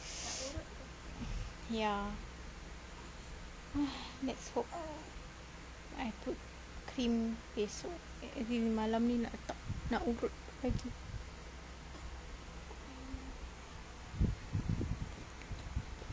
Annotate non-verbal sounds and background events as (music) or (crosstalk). ya (breath) let's hope I put cream esok malam ni nak nak urut lagi